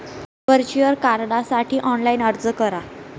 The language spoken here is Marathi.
व्हर्च्युअल कार्डसाठी ऑनलाइन अर्ज करा